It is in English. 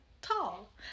tall